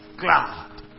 glad